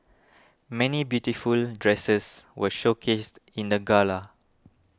many beautiful dresses were showcased in the gala